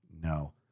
no